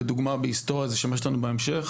לדוגמה: בהיסטוריה זה ישמש לנו בהמשך